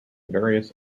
various